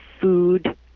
food